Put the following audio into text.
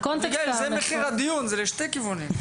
אביגיל, זה מחיר הדיון, הוא הולך לשני כיוונים.